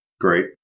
Great